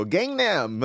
Gangnam